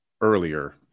earlier